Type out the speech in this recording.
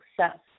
success